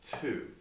two